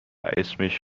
اسمش